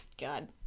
God